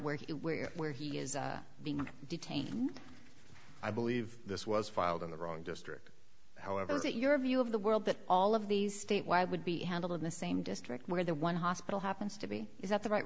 he where where he is being detained i believe this was filed in the wrong district however was it your view of the world that all of these statewide would be handled in the same district where the one hospital happens to be is that the right